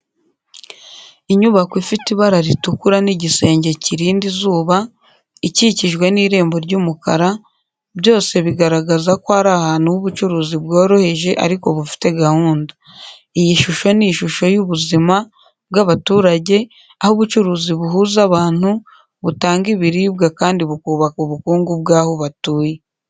Inyubako ifite ibara ritukura n’igisenge kirinda izuba, ikikijwe n’irembo ry’umukara, byose bigaragaza ko ari ahantu h’ubucuruzi bworoheje ariko bufite gahunda. Iyi shusho ni ishusho y’ubuzima bw’abaturage, aho ubucuruzi buhuza abantu, butanga ibiribwa, kandi bukubaka ubukungu bw’aho batuye.